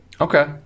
Okay